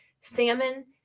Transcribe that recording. salmon